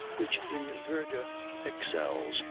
which in verdure excels,